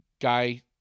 guy